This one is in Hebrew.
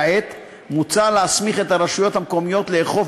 כעת מוצע להסמיך את הרשויות המקומיות לאכוף